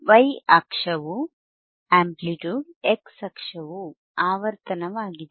Y ಅಕ್ಷವು amplitude x ಅಕ್ಷವು ಆವರ್ತನವಾಗಿದೆ